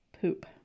Poop